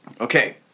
Okay